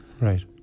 Right